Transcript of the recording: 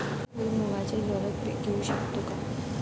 भुईमुगाचे जलद पीक घेऊ शकतो का?